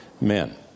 men